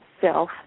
self